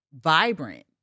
vibrant